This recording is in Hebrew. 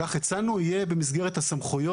יהיה במסגרת הסמכויות.